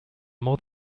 more